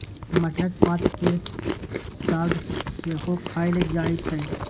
मटरक पात केर साग सेहो खाएल जाइ छै